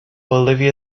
olivia